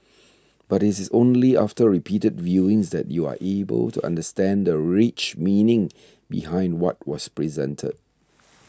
but it is only after repeated viewings that you are able to understand the rich meaning behind what was presented